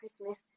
Christmas